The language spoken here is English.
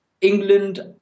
England